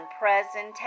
presentation